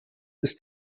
ist